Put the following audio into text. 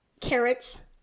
carrots